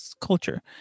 culture